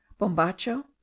bombacho